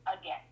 again